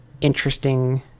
interesting